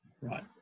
right